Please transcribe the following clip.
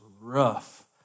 rough